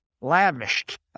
Lavished